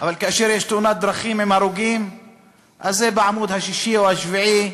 אבל כאשר יש תאונת דרכים עם הרוגים אז זה בעמוד השישי או השביעי,